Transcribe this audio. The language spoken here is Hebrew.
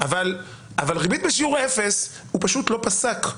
אבל ריבית בשיעור אפס, הוא פשוט לא פסק.